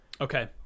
Okay